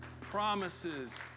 promises